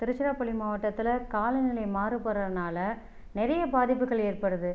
திருச்சிராப்பள்ளி மாவட்டத்தில் காலநிலை மாறுபடுறதுனால் நிறைய பாதிப்புகள் ஏற்படுது